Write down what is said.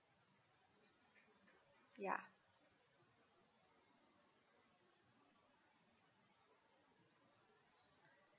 ya